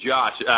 Josh